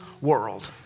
world